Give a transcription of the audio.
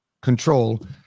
control